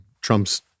Trump's